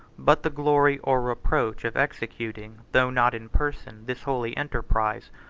but the glory or reproach of executing, though not in person, this holy enterprise,